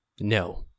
no